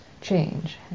change